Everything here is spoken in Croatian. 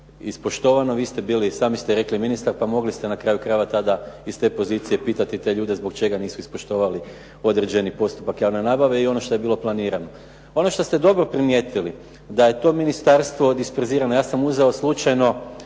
ispoštovano. Pa vi ste bili, i sami ste rekli ministar pa mogli ste na kraju krajeva tada iz te pozicije pitati te ljude zbog čega nisu ispoštovali određeni postupak javne nabave i ono što je bilo planirano. Ono što ste dobro primijetili da je to ministarstvo disperzirano. Ja sam uzeo slučajno